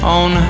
on